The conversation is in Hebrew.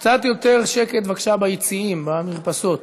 קצת יותר שקט, בבקשה, ביציעים, במרפסות.